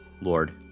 Lord